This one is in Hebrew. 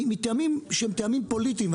מטעמים שהם פוליטיים,